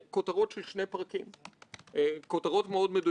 באמירה שגם אתה אדוני היושב-ראש ציטטת אותה: